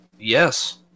yes